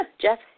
Jeff